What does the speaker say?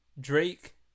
Drake